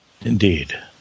Indeed